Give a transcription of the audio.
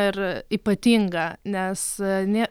ir ypatinga nes nė